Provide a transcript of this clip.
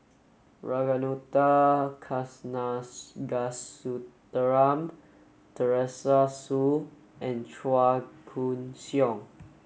Ragunathar Kanagasuntheram Teresa Hsu and Chua Koon Siong